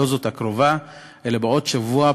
לא זאת הקרובה אלא בעוד שבוע,